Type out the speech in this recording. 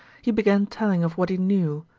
he began telling of what he knew,